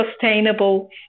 sustainable